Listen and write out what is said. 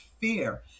fear